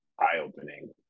eye-opening